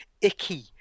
icky